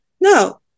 No